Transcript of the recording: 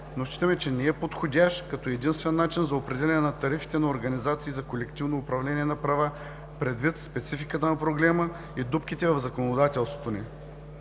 но считаме, че не е подходящ като единствен начин за определяне на тарифите на организации за колективно управление на права, предвид спецификата на проблема и дупките в законодателството ни.